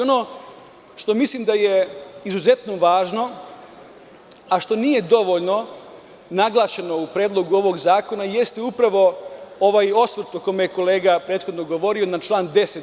Ono što mislim da je izuzetno važno, a što nije dovoljno naglašeno u Predlogu zakona jeste ovaj osvrt o kome je kolega prethodno govorio, na član 10.